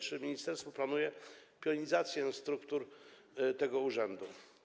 Czy ministerstwo planuje pionizację struktur tego urzędu?